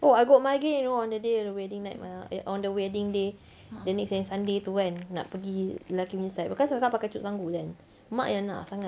oh I got migraine you know on the day of the wedding night ah eh on the wedding day the next day sunday tu kan nak pergi lelaki punya side because kakak pakai cucuk sanggul kan mak yang nak sangat